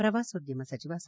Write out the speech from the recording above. ಪ್ರವಾಸೋದ್ಯಮ ಸಚಿವ ಸಾ